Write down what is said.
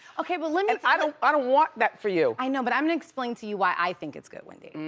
okay but let me, and i don't i don't want that for you. i know, but i'm gonna explain to you why i think it's good wendy.